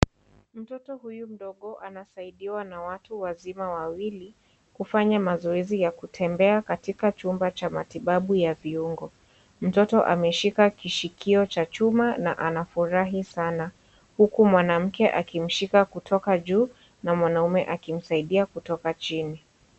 Mtoto huyu mndogo anasaidiwa na watu wazima wawili kufanya mazoezi ya kutembea katika chumba cha matibabu ya viugo. Mtoto ameshika kishikio cha chuma na anafurahi sana. Huku manamke akimshika kutoka juu na manaume akimsaidia kutoka chini.